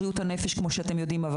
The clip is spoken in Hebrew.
תחום בריאות הנפש עבר